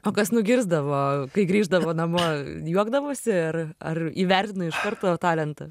o kas nugirsdavo kai grįždavo namo juokdavosi ar ar įvertino iš karto talentą